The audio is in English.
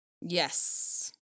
Yes